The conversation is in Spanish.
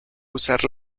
usar